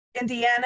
Indiana